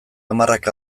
hamarrak